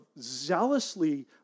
zealously